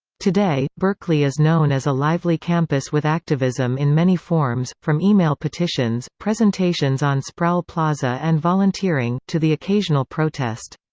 today, berkeley is known as a lively campus with activism in many forms, from email petitions, presentations on sproul plaza and volunteering, to the occasional protest.